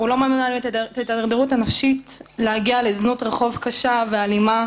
את ההידרדרות הנפשית להגיע לזנות רחוב קשה ואלימה.